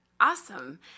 Awesome